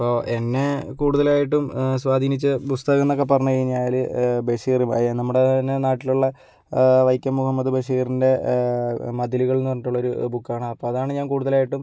ഇപ്പോൾ എന്നെ കൂടുതലായിട്ടും സ്വാധീനിച്ച പുസ്തകം എന്നൊക്കെ പറഞ്ഞ് കഴിഞ്ഞാല് ബഷീർ ഭായ് നമ്മുടെ തന്നെ നാട്ടിലുള്ള വൈക്കം മുഹമ്മദ് ബഷീറിൻ്റെ മതിലുകൾ എന്ന് പറഞ്ഞിട്ടുള്ളൊരു ബുക്കാണ് അപ്പം അതാണ് ഞാൻ കൂടുതലായിട്ടും